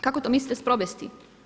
Kako to mislite sprovesti?